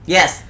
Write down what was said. Yes